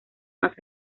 más